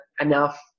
enough